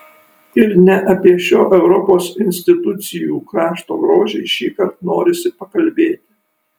ir ne apie šio europos institucijų krašto grožį šįkart norisi pakalbėti